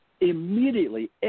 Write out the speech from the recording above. immediately